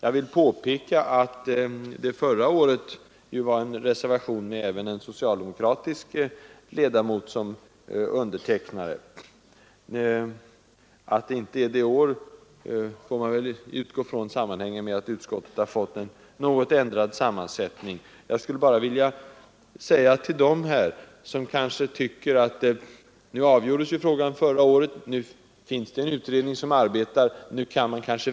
Jag vill påpeka att det förra året fanns en reservation i ärendet med även en socialdemokratisk ledamot som undertecknare. Att det inte är fallet i år sammanhänger väl med att utskottet har fått en ändrad sammansättning. Det finns kanske de som tycker att man kan vänta, eftersom frågan avgjordes förra året och en utredning arbetar med den.